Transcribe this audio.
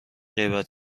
غیبت